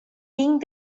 ging